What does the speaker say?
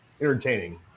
entertaining